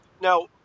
now